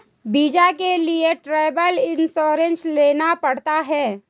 visa के लिए travel insurance लेना पड़ता है